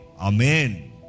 amen